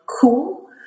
cool